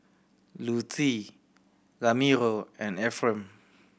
Lutie Ramiro and Efrem